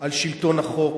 על שלטון החוק